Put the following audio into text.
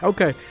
Okay